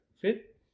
fit